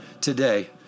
today